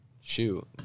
shoot